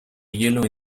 hielo